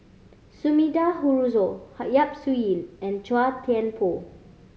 Sumida Haruzo Ha Yap Su Yin and Chua Thian Poh